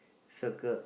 circled